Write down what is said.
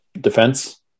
Defense